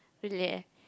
really